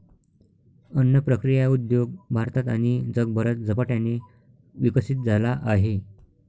अन्न प्रक्रिया उद्योग भारतात आणि जगभरात झपाट्याने विकसित झाला आहे